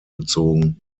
gezogen